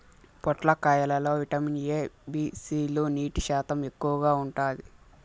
పొట్లకాయ లో vitamin A, B, C లు, నీటి శాతం ఎక్కువగా ఉంటాది